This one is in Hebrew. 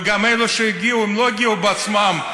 וגם אלה שהגיעו לא הגיעו בעצמם,